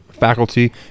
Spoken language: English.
faculty